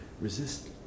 resist